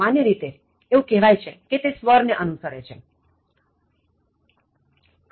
સામાન્ય રીતે એવુ કહેવાય કે તે સ્વરને અનુસરે છેખરું ને